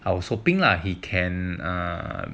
I was hoping lah he can err